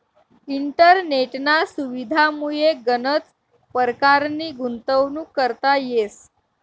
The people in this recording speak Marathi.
इंटरनेटना सुविधामुये गनच परकारनी गुंतवणूक करता येस